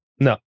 No